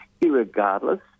irregardless